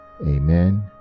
Amen